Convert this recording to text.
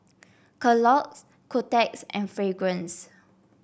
Kellogg's Kotex and Fragrance